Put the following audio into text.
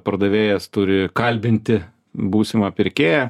pardavėjas turi kalbinti būsimą pirkėją